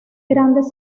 grandes